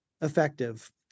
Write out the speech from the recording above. effective